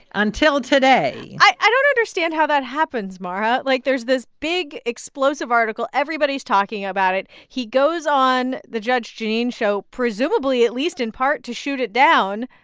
until today i don't understand how that happens, mara. like, there's this big, explosive article. everybody's talking about it. he goes on the judge jeanine show, presumably at least in part, to shoot it down.